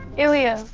ilya.